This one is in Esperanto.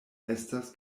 estas